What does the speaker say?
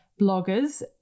bloggers